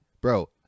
Bro